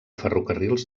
ferrocarrils